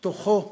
תוכו כברו.